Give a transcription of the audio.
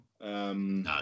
No